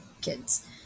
kids